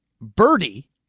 Birdie